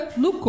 no